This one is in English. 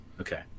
Okay